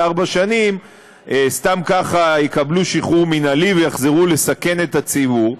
ארבע שנים סתם כך יקבלו שחרור מינהלי ויחזרו לסרן את הציבור,